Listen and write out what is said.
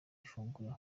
ifunguro